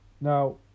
Now